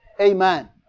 Amen